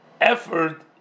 effort